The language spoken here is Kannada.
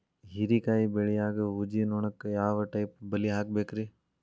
ಹೇರಿಕಾಯಿ ಬೆಳಿಯಾಗ ಊಜಿ ನೋಣಕ್ಕ ಯಾವ ಟೈಪ್ ಬಲಿ ಹಾಕಬೇಕ್ರಿ?